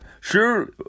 Sure